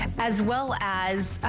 as well as